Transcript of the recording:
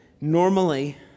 normally